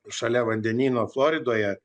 šalia vandenyno floridoje